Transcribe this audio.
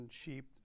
sheep